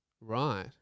right